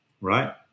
right